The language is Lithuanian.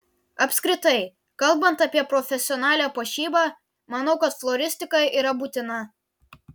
apskritai kalbant apie profesionalią puošybą manau kad floristika yra būtina